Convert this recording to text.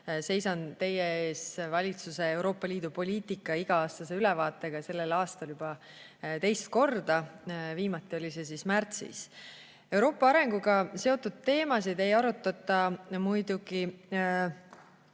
seisan teie ees valitsuse Euroopa Liidu poliitika iga-aastase ülevaatega sellel aastal juba teist korda. Viimati oli see siis märtsis. Euroopa arenguga seotud teemasid ei arutata muidugi